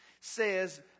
says